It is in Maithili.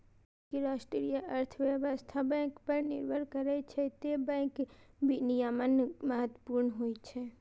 चूंकि राष्ट्रीय अर्थव्यवस्था बैंक पर निर्भर होइ छै, तें बैंक विनियमन महत्वपूर्ण होइ छै